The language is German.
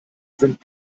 sind